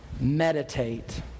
Meditate